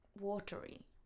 Watery